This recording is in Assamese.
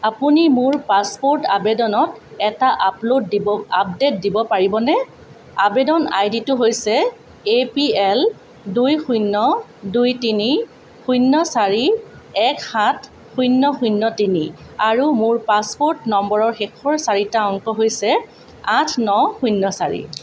আপুনি মোৰ পাছপ'ৰ্ট আবেদনত এটা আপলোড আপডেট দিব পাৰিবনে আৱেদন আইডিটো হৈছে এ পি এল দুই শূণ্য দুই তিনি শূণ্য চাৰি এক সাত শূণ্য শূণ্য তিনি আৰু মোৰ পাছপ'ৰ্ট নম্বৰৰ শেষৰ চাৰিটা অংক হৈছে আঠ ন শূণ্য চাৰি